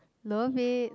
love it